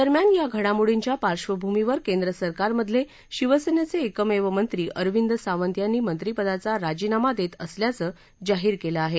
दरम्यान या घडामोडींच्या पार्श्वभूमीवर केंद्र सरकारमधले शिवसेनेचे एकमेव मंत्री अरविंद सावंत यांनी मंत्री पदाचा राजीनामा देत असल्याचं जाहीर केलं आहे